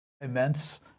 immense